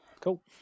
cool